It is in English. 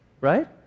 Right